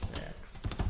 x